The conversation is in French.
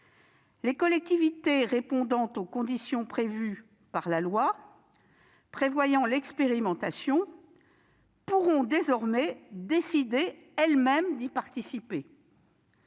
Les collectivités qui répondent aux conditions prévues par la loi prévoyant l'expérimentation pourront désormais décider elles-mêmes d'y participer.